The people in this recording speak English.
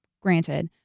granted